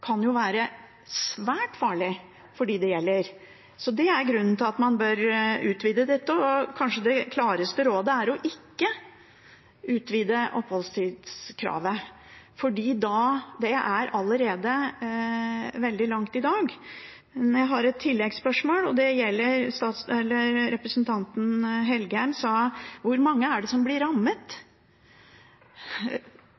kan være svært farlig for dem det gjelder. Det er grunnen til at man bør utvide dette. Det klareste rådet er kanskje å ikke utvide oppholdstidskravet, for det er allerede veldig langt i dag. Jeg har et tilleggsspørsmål, og det gjelder representanten Engen-Helgheim. Han spurte: Hvor mange er det som blir rammet?